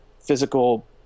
physical